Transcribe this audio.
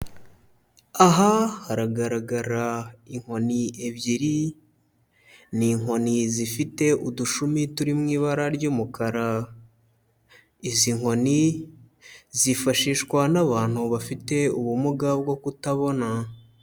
Aha haragaragara inkoni ebyiri, ni inkoni zifite udushumi turi mu ibara ry'umukara, izi nkoni zifashishwa n'abantu bafite ubumuga bwo kutabona.